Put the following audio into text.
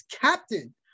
captain